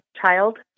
child